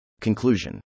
Conclusion